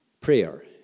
Prayer